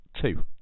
two